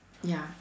ya